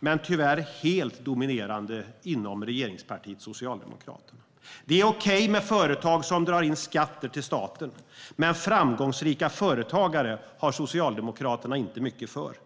men tyvärr helt dominerande inom regeringspartiet Socialdemokraterna. Det är okej med företag som drar in skatter till staten, men framgångsrika företagare ger Socialdemokraterna inte mycket för.